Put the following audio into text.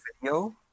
video